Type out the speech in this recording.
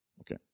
Okay